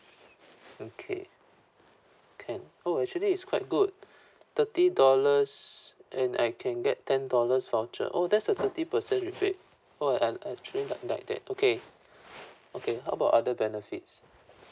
okay can oh actually it's quite good thirty dollars and I can get ten dollars voucher oh there's a thirty percent rebate oh I I actually like like that okay okay how about other benefits